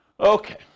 Okay